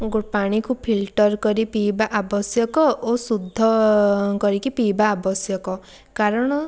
ପାଣିକୁ ଫିଲଟର୍ କରି ପିଇବା ଆବଶ୍ୟକ ଓ ଶୁଦ୍ଧ କରିକି ପିଇବା ଆବଶ୍ୟକ କାରଣ